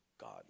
God